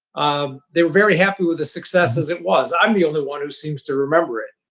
um they were very happy with the success as it was. i'm the only one who seems to remember it.